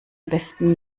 besten